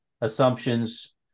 assumptions